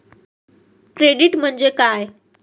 Credit म्हणजे काय?